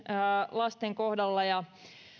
lasten kohdalla